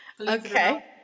okay